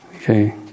Okay